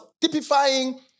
typifying